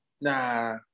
Nah